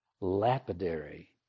lapidary